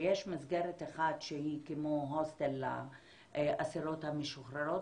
יש מסגרת אחת שהיא כמו הוסטל לאסירות המשוחררות